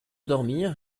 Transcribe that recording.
dormir